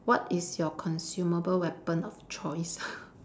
what is your consumable weapon of choice